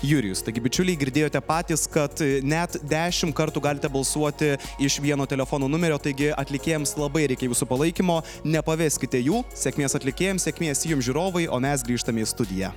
jurijus taigi bičiuliai girdėjote patys kad net dešimt kartų galite balsuoti iš vieno telefono numerio taigi atlikėjams labai reikia jūsų palaikymo nepaveskite jų sėkmės atlikėjams sėkmės jums žiūrovai o mes grįžtam į studiją